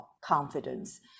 confidence